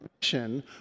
mission